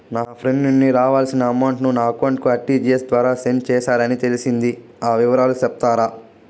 నా ఫ్రెండ్ నుండి రావాల్సిన అమౌంట్ ను నా అకౌంట్ కు ఆర్టిజియస్ ద్వారా సెండ్ చేశారు అని తెలిసింది, ఆ వివరాలు సెప్తారా?